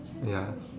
ya